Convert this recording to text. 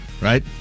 Right